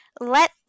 Let